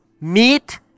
meet